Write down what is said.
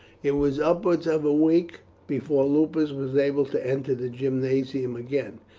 it was upwards of a week before lupus was able to enter the gymnasium again.